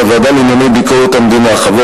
בוועדה לענייני ביקורת המדינה, א.